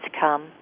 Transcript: come